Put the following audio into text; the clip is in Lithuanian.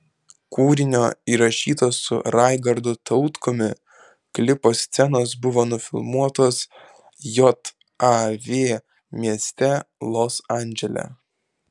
kūrinio įrašyto su raigardu tautkumi klipo scenos buvo nufilmuotos jav mieste los andžele